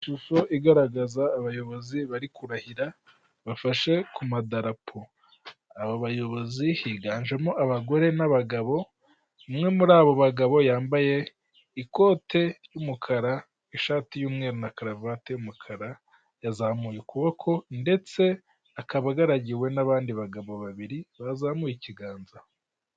Ishusho igaragaza abayobozi bari kurahira bafashe ku madarapo aba bayobozi higanjemo abagore n'abagabo umwe muri abo bagabo yambaye ikote ry'umukara ishati y'umweru na karavate y'umukara yazamuye ukuboko ndetse akaba agaragiwe n'abandi bagabo babiri bazamuye ikiganza.